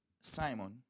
Simon